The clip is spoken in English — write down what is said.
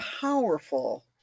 powerful